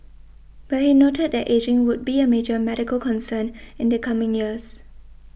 but he noted that ageing would be a major medical concern in the coming years